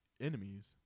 enemies